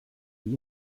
die